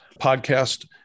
podcast